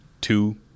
two